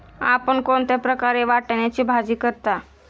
आपण कोणत्या प्रकारे वाटाण्याची भाजी करता?